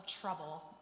trouble